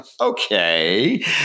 Okay